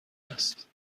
است